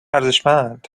ارزشمند